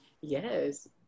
Yes